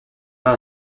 pas